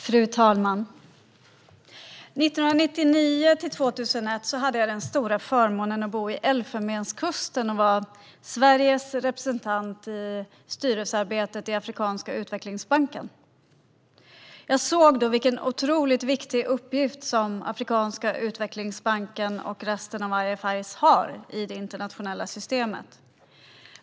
Fru talman! Mellan 1999 och 2001 hade jag den stora förmånen att bo i Elfenbenskusten och vara Sveriges representant i styrelsearbetet i Afrikanska utvecklingsbanken. Jag såg då vilken viktig uppgift Afrikanska utvecklingsbanken och resten av IFI:erna har i det internationella systemet.